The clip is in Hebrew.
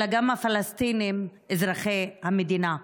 אלא גם הפלסטינים אזרחי המדינה.